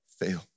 fail